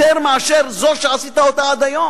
יותר מאשר זו שעשית עד היום.